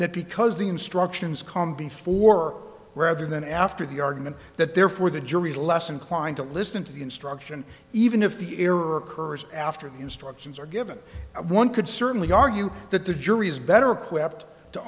that because the instructions come before rather than after the argument that therefore the jury is less inclined to listen to the instruction even if the error occurs after the instructions are given one could certainly argue that the jury is better equipped to